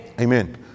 Amen